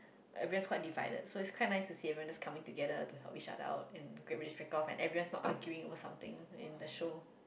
adverse quite divided so it's quite nice to see everyone is coming together to help each other out and greyish wreck off and adverse not arguing or something in the show